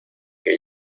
que